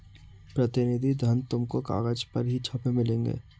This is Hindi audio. प्रतिनिधि धन तुमको कागज पर ही छपे मिलेंगे